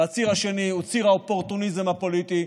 והציר השני הוא ציר האופורטוניזם הפוליטי,